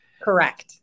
Correct